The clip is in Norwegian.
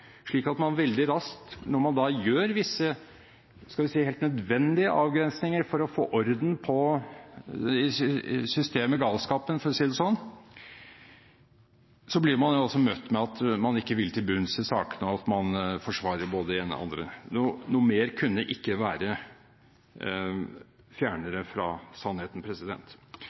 slik at man veldig raskt når man gjør visse, skal vi si, helt nødvendige avgrensninger for å få system i galskapen, for å si det sånn, blir møtt med at man ikke vil til bunns i sakene, og at man forsvarer både det ene og det andre. Det kunne ikke være fjernere fra sannheten.